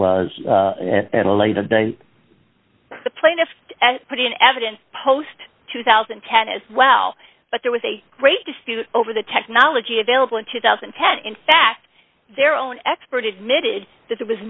was at a later date the plaintiffs put in evidence post two thousand and ten as well but there was a great dispute over the technology available in two thousand and ten in fact their own expert admitted that there was